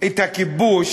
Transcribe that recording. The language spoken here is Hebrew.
את הכיבוש.